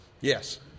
Yes